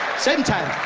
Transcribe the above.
same time